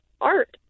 art